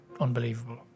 unbelievable